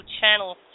channel